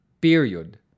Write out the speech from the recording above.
Period